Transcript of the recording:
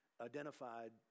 identified